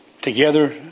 Together